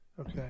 Okay